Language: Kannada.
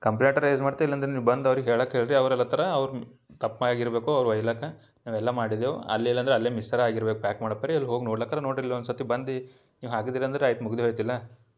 ಕಂಪ್ಲೇಂಟ ರೈಝ್ ಮಾಡ್ತೆ ಇಲ್ಲಂದ್ರ ನೀವು ಬಂದು ಅವ್ರಿಗೆ ಹೇಳಾಕೆ ಹೇಳಿ ರೀ ಅವರೆ ಬತ್ತರ ಅವ್ರ ತಪ್ಪಾಗಿರಬೇಕು ಅವ್ರ ಒಯ್ಲಾಕ ನೀವು ಎಲ್ಲ ಮಾಡಿದೇವೆ ಅಲ್ಲಿಲ್ಲ ಅಂದ್ರ ಅಲ್ಲೇ ಮಿಸ್ಸರ ಆಗಿರ್ಬೇಕು ಪ್ಯಾಕ್ ಮಾಡ ಪರಿ ಅಲ್ಲ ಹೋಗ್ ನೋಡ್ಲಾಕರ ನೋಡಿಲ್ಲಿ ಒಂದು ಸತಿ ಬಂದಿ ನೀವು ಹಾಕಿದ್ದೀರಿ ಅಂದ್ರ ಆಯ್ತ ಮುಗಿದೇ ಹೋಯ್ತಿಲ್ಲಾ